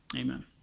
amen